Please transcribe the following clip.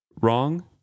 wrong